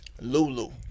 Lulu